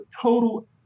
total